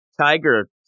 tiger